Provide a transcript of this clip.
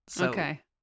Okay